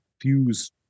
fuse